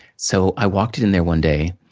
so, i walked in there one day,